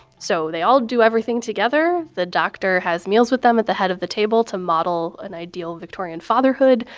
so they all do everything together. the doctor has meals with them at the head of the table to model an ideal of victorian fatherhood.